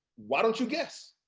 why don't you guess?